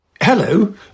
Hello